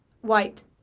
White